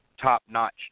top-notch